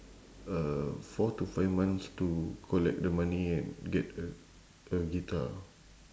uh four to five months to collect the money and get a a guitar